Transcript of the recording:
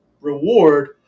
reward